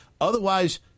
Otherwise